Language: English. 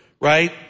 Right